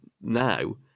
now